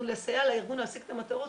אנחנו לסייע לארגון להשיג את המטרות,